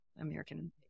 American